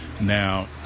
now